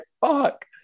fuck